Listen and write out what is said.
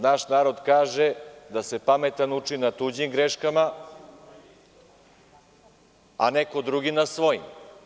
Naš narod kaže da se pametan uči na tuđim greškama, a neko drugi na svojim.